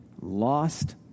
lost